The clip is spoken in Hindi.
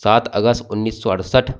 सात अगस्त उन्नीस सौ अड़सठ